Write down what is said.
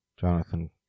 jonathan